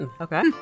Okay